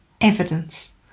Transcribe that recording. evidence